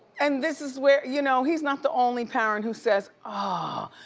and this is where, you know he's not the only parent who says ah